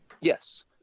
Yes